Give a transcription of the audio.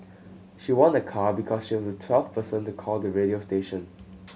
she won a car because she was the twelve person to call the radio station